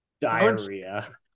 ...diarrhea